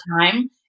time